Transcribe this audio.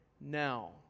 now